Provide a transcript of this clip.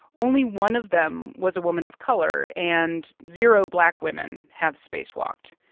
only one of them was a woman of color and zero black women have spacewalked.